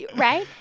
yeah right?